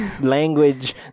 language